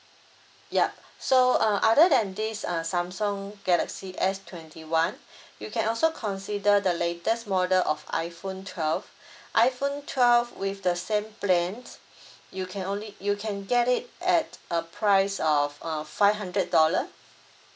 yup so uh other than this uh Samsung galaxy S twenty one you can also consider the latest model of iPhone twelve iPhone twelve with the same plans you can only you can get it at a price of uh five hundred dollar